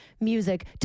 music